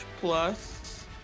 plus